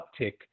uptick